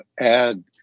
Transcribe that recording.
add